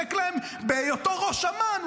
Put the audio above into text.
בהיותו ראש אמ"ן,